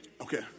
Okay